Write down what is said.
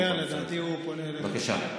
בבקשה,